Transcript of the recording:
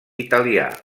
italià